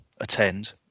attend